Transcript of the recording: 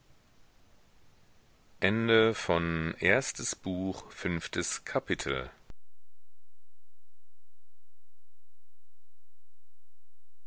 erstes buch erstes kapitel